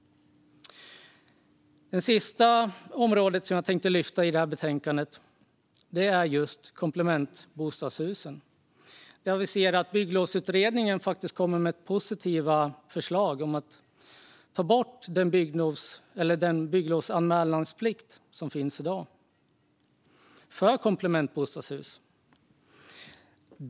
Det sista området i betänkandet som jag vill lyfta fram är komplementbostadshusen. Bygglovsutredningen kommer med positiva förslag om att ta bort de krav på bygglov och anmälan som finns i dag för komplementbostadshus.